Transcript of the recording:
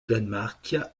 danemark